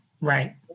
right